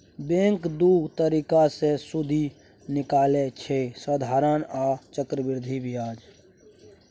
bank दु तरीका सँ सुदि निकालय छै साधारण आ चक्रबृद्धि ब्याज